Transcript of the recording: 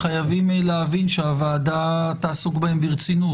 חייבים להבין שהוועדה תעסוק בהם ברצינות